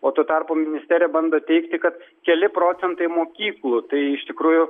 o tuo tarpu ministerija bando teigti kad keli procentai mokyklų tai iš tikrųjų